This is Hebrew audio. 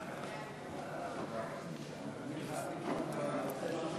ההצעה